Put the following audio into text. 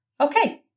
Okay